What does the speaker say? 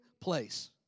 place